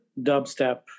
dubstep